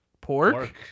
Pork